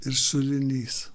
ir šulinys